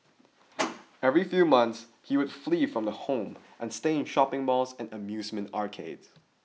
every few months he would flee from the home and stay in shopping malls and amusement arcades